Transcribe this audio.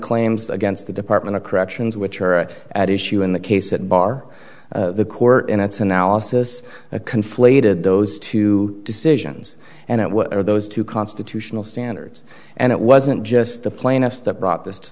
claims against the department of corrections which are at issue in the case that bar the court in its analysis of conflated those two decisions and what are those two constitutional standards and it wasn't just the plaintiffs that brought this to